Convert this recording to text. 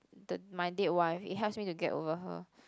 the my dead wife it helps me to get over her